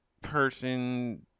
person